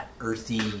earthy